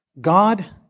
God